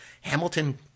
Hamilton